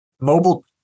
mobile